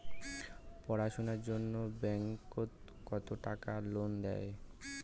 পড়াশুনার জন্যে ব্যাংক কত টাকা লোন দেয়?